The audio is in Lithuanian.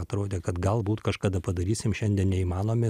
atrodė kad galbūt kažkada padarysim šiandien neįmanomi